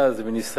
זה מניסיון,